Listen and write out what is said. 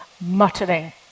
muttering